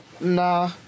nah